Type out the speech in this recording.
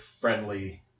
friendly